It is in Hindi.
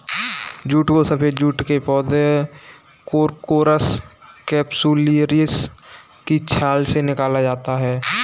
जूट को सफेद जूट के पौधे कोरकोरस कैप्सुलरिस की छाल से निकाला जाता है